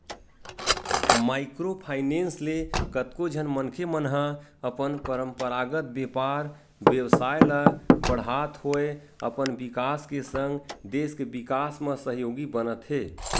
micro finance ले कतको झन मनखे मन ह अपन पंरपरागत बेपार बेवसाय ल बड़हात होय अपन बिकास के संग देस के बिकास म सहयोगी बनत हे